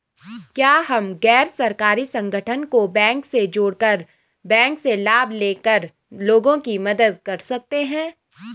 क्या हम गैर सरकारी संगठन को बैंक से जोड़ कर बैंक से लाभ ले कर लोगों की मदद कर सकते हैं?